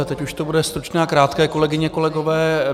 Teď už to bude stručné a krátké, kolegyně, kolegové.